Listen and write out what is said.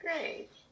Great